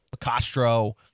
Castro